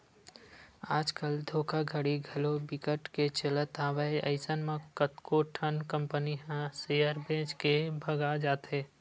आज कल धोखाघड़ी घलो बिकट के चलत हवय अइसन म कतको ठन कंपनी ह सेयर बेच के भगा जाथे